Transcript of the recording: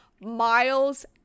Miles